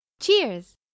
cheers